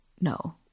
no